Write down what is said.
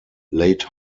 late